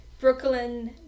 brooklyn